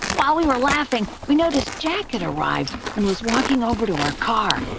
while we were laughing, we noticed jack had arrived and was walking over to our car.